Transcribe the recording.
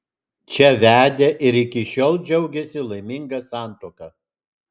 čia vedė ir iki šiol džiaugiasi laiminga santuoka